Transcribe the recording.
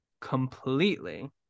completely